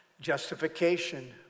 justification